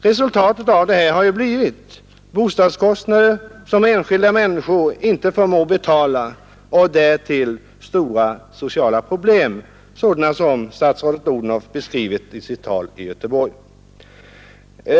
Resultatet har blivit bostadskostnader som enskilda människor inte förmår betala och därtill stora sociala problem sådana som statsrådet fru Odhnoff beskrev i sitt tal i Göteborg.